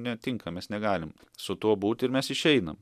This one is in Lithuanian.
netinka mes negalim su tuo būti ir mes išeinam